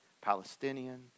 Palestinian